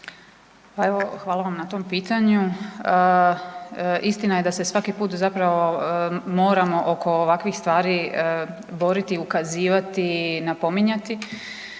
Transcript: (Pametno)** Hvala vam na tom pitanju. Istina je da se svaki put zapravo moramo oko ovakvih stvari boriti, ukazivati i napominjati.